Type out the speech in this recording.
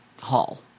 hall